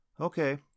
Okay